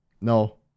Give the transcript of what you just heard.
No